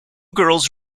girls